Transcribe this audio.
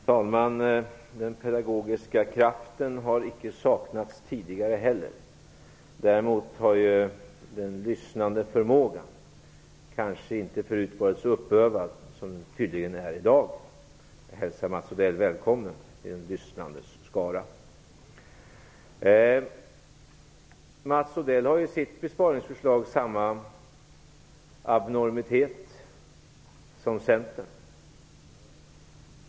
Herr talman! Den pedagogiska kraften har icke saknats tidigare heller. Däremot har den lyssnande förmågan kanske inte förut varit så uppövad som den tydligen är här i dag. Jag hälsar Mats Odell välkommen i de lyssnandes skara. Mats Odell har i sitt besparingsförslag samma abnormitet som Centern.